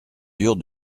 dure